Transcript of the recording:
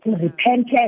repentance